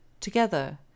Together